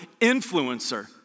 influencer